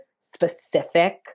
specific